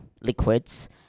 liquids